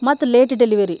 ಮತ್ತು late delivery